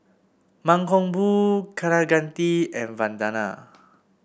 Mankombu Kaneganti and Vandana